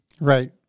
Right